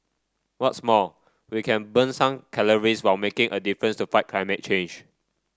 what's more we can burn some calories while making a difference to fight climate change